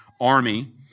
army